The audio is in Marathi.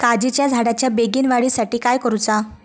काजीच्या झाडाच्या बेगीन वाढी साठी काय करूचा?